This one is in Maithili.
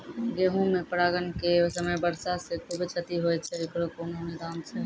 गेहूँ मे परागण के समय वर्षा से खुबे क्षति होय छैय इकरो कोनो निदान छै?